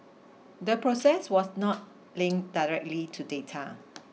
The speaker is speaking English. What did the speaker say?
the process was not link directly to data